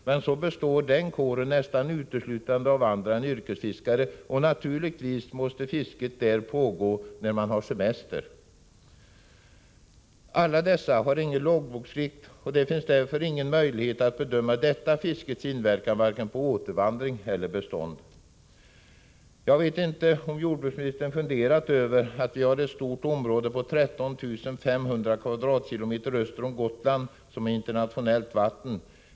Men den kår det därvid gäller består nästan uteslutande av andra än yrkesfiskare, och naturligtvis måste fisket då pågå när man har semester. Dessa fiskare har ingen loggboksplikt, och det finns därför ingen möjlighet att bedöma fiskets inverkan vare sig på återvandring eller på bestånd. Jag vet inte om jordbruksministern funderat över att vi har ett stort område på 13 500 kvadratkilometer öster om Gotland som är internationellt vatten.